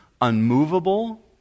unmovable